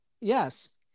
Yes